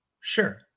sure